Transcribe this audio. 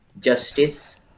justice